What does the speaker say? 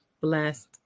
blessed